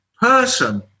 person